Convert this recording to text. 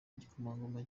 igikomangoma